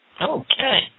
Okay